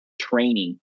training